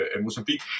Mozambique